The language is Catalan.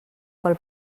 pel